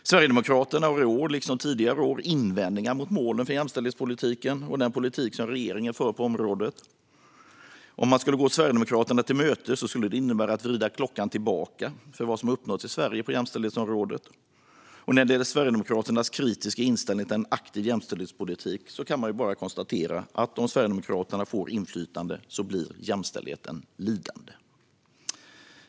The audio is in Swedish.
Sverigedemokraterna har i år, liksom tidigare år, invändningar mot målen för jämställdhetspolitiken och den politik som regeringen för på området. Att gå Sverigedemokraterna till mötes skulle innebära att vrida klockan tillbaka för vad som uppnåtts i Sverige på jämställdhetsområdet. När det gäller Sverigedemokraternas kritiska inställning till en aktiv jämställdhetspolitik kan man bara konstatera att om Sverigedemokraterna får inflytande blir jämställdheten lidande.